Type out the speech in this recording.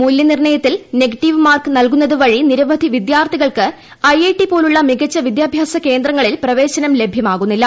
മൂല്യനിർണയത്തിൽ negative mark നൽകുന്നതുവഴി നിരവധി വിദ്യാർത്ഥികൾക്ക് ഐ ഐ ടി പോലുള്ള മികച്ച വിദ്യാഭ്യാസ കേന്ദ്രങ്ങളിൽ പ്രവേശനം ലഭ്യമാകുന്നില്ല